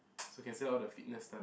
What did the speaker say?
so can sell all the fitness stuff